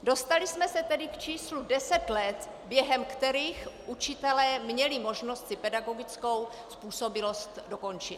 Dostali jsme se tedy k číslu deset let, během kterých měli učitelé možnost si pedagogickou způsobilost si dokončit.